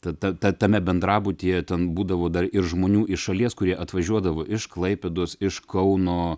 ta ta tame bendrabutyje ten būdavo dar ir žmonių iš šalies kurie atvažiuodavo iš klaipėdos iš kauno